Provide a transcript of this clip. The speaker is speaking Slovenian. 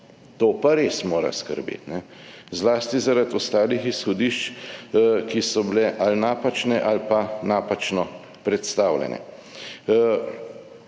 To pa res mora skrbeti, zlasti zaradi ostalih izhodišč, ki so bile ali napačne ali pa napačno predstavljene,